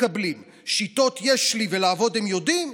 מקבלים, שיטות יש לי ולעבוד הם יודעים?